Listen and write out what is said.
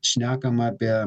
šnekama apie